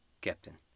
captain